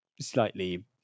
slightly